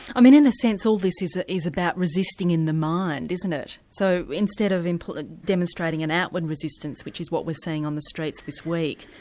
i mean in a sense all this is ah is about resisting in the mind, isn't it, so instead of demonstrating an outward resistance which is what we're seeing on the streets this week,